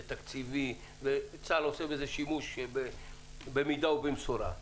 זה תקציבי וצה"ל עושה בזה שימוש במידה ובמשורה.